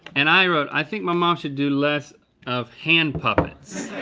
and i wrote, i think my mom should do less of hand puppets.